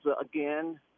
again